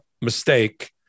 mistake